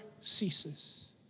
ceases